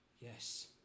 Yes